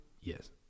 Yes